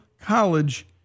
college